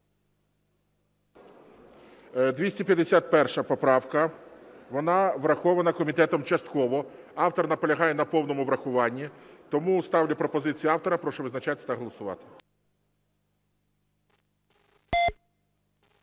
251 поправка, вона врахована комітетом частково, автор наполягає на повному врахуванні. Тому ставлю пропозицію автора. Прошу визначатися та голосувати.